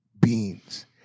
beans